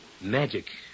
Magic